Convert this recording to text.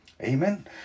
Amen